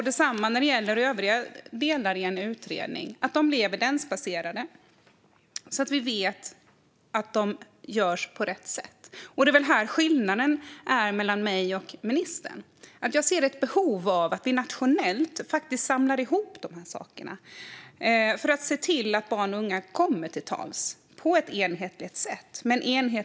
Detsamma gäller övriga delar i en utredning - de ska vara evidensbaserade så att vi vet att de görs på rätt sätt. Det är väl här det finns en skillnad mellan mig och ministern. Jag ser ett behov av att vi nationellt och i form av en enhetlig utbildning faktiskt samlar ihop dessa saker för att se till att barn och unga kommer till tals på ett enhetligt sätt.